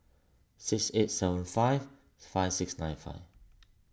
six eight seven five five six nine five